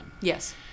Yes